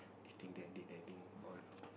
you think that detecting all